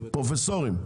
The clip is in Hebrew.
פרופסורים.